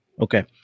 Okay